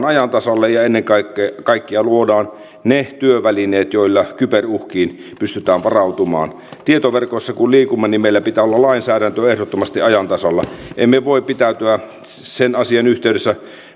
ajan tasalle ja ennen kaikkea luodaan ne työvälineet joilla kyberuhkiin pystytään varautumaan tietoverkoissa kun liikumme niin meillä pitää olla lainsäädäntö ehdottomasti ajan tasalla emme voi pitäytyä sen asian yhteydessä